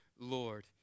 Lord